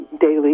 daily